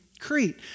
Crete